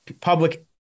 public